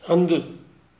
हंधु